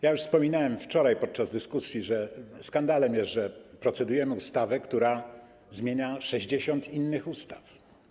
Już wspominałem wczoraj podczas dyskusji, że skandalem jest, że procedujemy nad ustawą, która zmienia 60 innych ustaw.